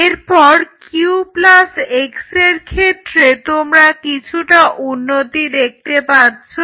এরপর Q plus x এর ক্ষেত্রে তোমরা কিছুটা উন্নতি দেখতে পাচ্ছ